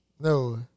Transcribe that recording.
No